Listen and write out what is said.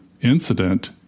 incident